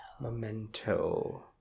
Memento